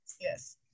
Yes